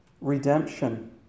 redemption